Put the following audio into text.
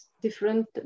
different